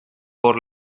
por